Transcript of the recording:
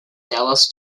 dallas